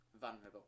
vulnerable